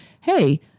hey